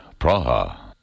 Praha